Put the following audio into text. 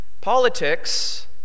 politics